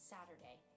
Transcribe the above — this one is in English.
Saturday